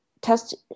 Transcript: test